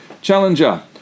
Challenger